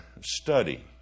study